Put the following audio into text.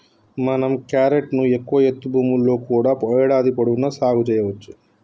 మనం క్యారెట్ ను ఎక్కువ ఎత్తు భూముల్లో కూడా ఏడాది పొడవునా సాగు సెయ్యవచ్చు